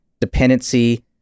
dependency